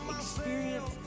experience